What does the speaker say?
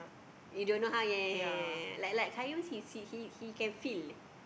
you don't know how ya ya ya ya ya like like Qayyum says he he he can feel